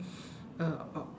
uh or